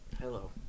Hello